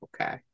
Okay